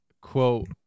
quote